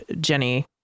Jenny